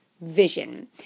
vision